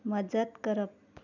मजत करप